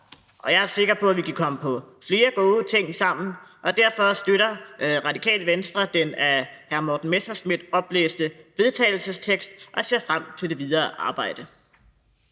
jeg er sikker på, at vi kan komme på flere gode ting sammen. Derfor støtter Radikale Venstre den af hr. Morten Messerschmidt oplæste vedtagelsestekst og ser frem til det videre arbejde.